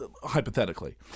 hypothetically